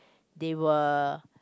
they were